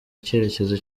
icyerekezo